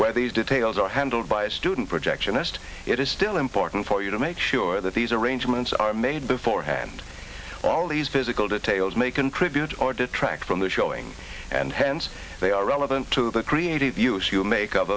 where these details are handled by a student projectionist it is still important for you to make sure that these arrangements are made beforehand all these physical details may contribute or detract from the showing and hence they are relevant to the creative use you make